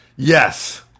Yes